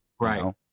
Right